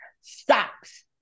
Stocks